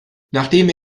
nachdem